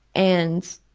and